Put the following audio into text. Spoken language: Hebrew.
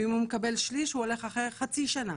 ואם הוא מקבל שליש הוא הולך אחרי חצי שנה.